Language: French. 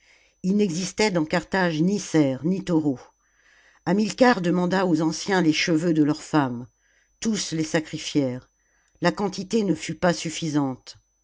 il n'existait dans carthage ni cerfs ni taureaux hamilcar demanda aux anciens les cheveux de leurs femmes toutes les sacrifièrent la quantité ne fut pas suffisante